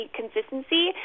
consistency